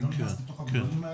אני לא נכנס לתוך הדברים האלה.